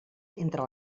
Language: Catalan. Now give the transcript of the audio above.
entre